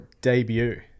debut